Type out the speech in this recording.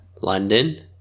London